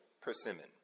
persimmon